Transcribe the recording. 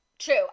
True